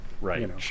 Right